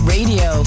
Radio